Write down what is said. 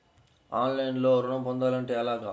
ఆన్లైన్లో ఋణం పొందాలంటే ఎలాగా?